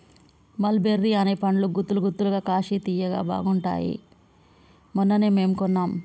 మల్ బెర్రీ అనే పండ్లు గుత్తులు గుత్తులుగా కాశి తియ్యగా బాగుంటాయ్ మొన్ననే మేము కొన్నాం